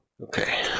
Okay